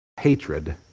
hatred